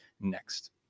next